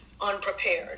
unprepared